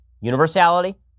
universality